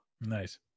Nice